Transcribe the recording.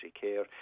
care